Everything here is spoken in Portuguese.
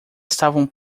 estavam